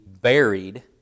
buried